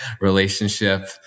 relationship